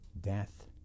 death